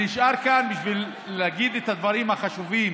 אני נשאר כאן בשביל להגיד את הדברים החשובים